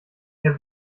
herr